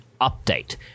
update